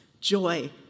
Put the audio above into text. Joy